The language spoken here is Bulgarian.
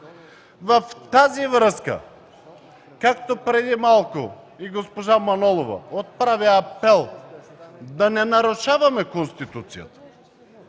с това, както преди малко и госпожа Манолова отправи апел да не нарушаваме Конституцията,